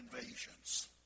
invasions